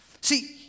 See